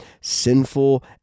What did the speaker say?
sinful